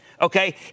Okay